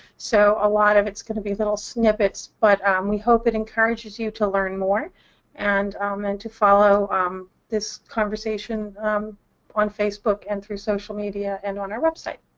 so a lot of it's going to be little snippets. but we hope it encourages you to learn more and um and to follow this conversation on facebook and through social media and on our website.